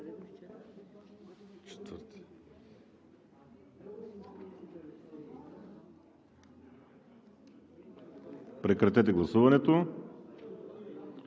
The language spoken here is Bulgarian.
Прекратете гласуването